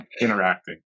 interacting